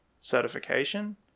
certification